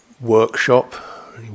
Workshop